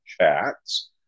chats